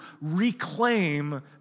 reclaim